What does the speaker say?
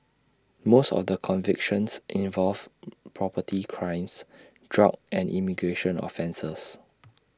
most of the convictions involved property crimes drug and immigration offences